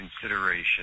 consideration